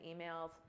emails